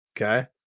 okay